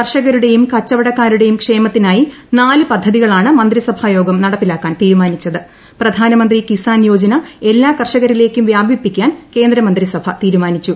കർഷകരുടെയും കച്ചുവടക്കാരുടെയും ക്ഷേമത്തിനായി നാല് പ്രപ്പദ്ധതികളാണ് മന്ത്രിസഭാ യോഗം നടപ്പിലാക്കാൻ തീരുമാനിച്ചത് പ്രധാനമന്ത്രി കിസാൻ യോജന എല്ലാ കർഷകരിലേയ്ക്കും വ്യാപിപ്പിക്കുൻ് കേന്ദ്രമന്ത്രിസഭ തീരുമാനിച്ചു